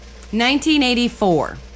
1984